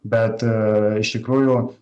bet iš tikrųjų